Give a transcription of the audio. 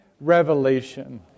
revelation